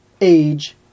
age